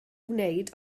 wneud